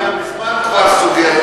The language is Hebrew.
היה מזמן כבר סוגר,